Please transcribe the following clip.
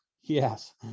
Yes